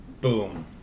Boom